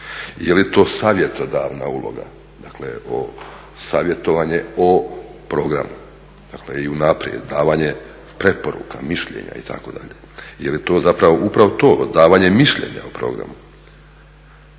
Je li to savjetodavna uloga, dakle savjetovanje o programu i unaprijed davanje preporuka, mišljenja itd.? Je li to zapravo upravo to davanje mišljenja o programu?